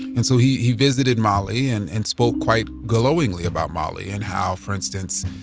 and so he he visited mali and and spoke quite glowingly about mali and how, for instance,